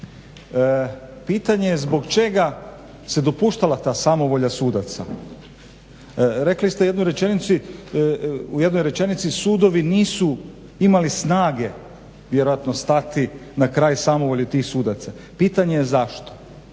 pitanje je zbog čega se dopuštala ta samovolja sudaca? Rekli ste jednoj rečenici sudovi nisu imali snage, vjerojatno stati na kraj samovolji tih sudaca. Pitanje je zašto?